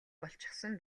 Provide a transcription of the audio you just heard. болчихсон